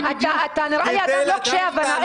אתה נראה לי אדם לא עם קשיי הבנה.